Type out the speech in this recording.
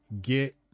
Get